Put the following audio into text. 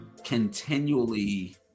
continually